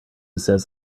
says